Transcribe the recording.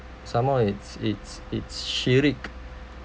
some more it's it's it's shirik